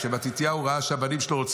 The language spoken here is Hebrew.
כשמתתיהו ראה שהבנים שלו,